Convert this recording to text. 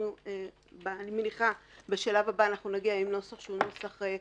אני מניחה שבשלב הבא נגיע עם נוסח סופי.